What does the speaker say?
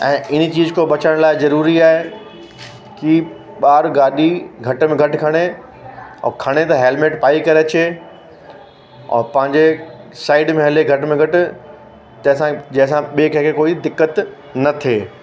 ऐं हिन चीज़ खां बचण लाइ ज़रूरी आहे कि ॿार गाॾी घटि में घटि खणे और खणे त हेलमेट पाए करे अचे और पंहिंजे साइड में हले घटि में घटि जंहिं सां जंहिं सां ॿिएं कंहिं खे कोई दिक़त न थिए